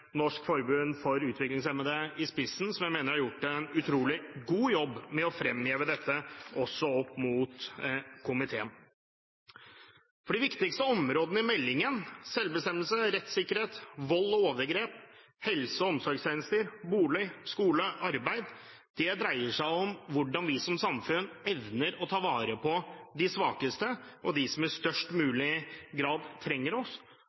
Norsk Forbund for Utviklingshemmede i spissen, har gjort en utrolig god jobb med å fremheve dette også overfor komiteen. De viktigste områdene i meldingen – selvbestemmelse, rettssikkerhet, vold og overgrep, helse- og omsorgstjenester, bolig, skole, arbeid – dreier seg om hvordan vi som samfunn evner å ta vare på de svakeste og dem som i størst grad trenger oss.